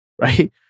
right